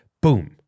Boom